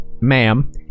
ma'am